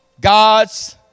God's